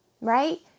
right